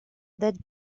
that